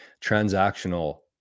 transactional